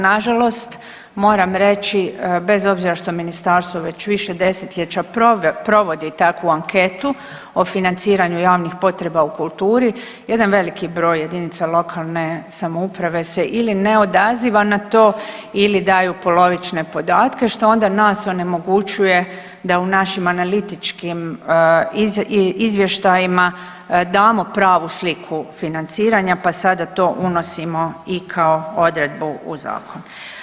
Nažalost moram reći bez obzira što ministarstvo već više desetljeća provodi takvu anketu o financiranju javnih potreba u kulturi, jedan veliki broj jedinica lokalne samouprave se ili ne odaziva na to ili daju polovične podatke što onda nas onemogućuje da u našim analitičkim izvještajima damo pravu sliku financiranja pa sada to unosimo i kao odredbu u zakon.